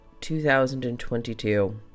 2022